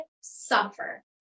suffer